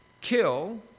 Kill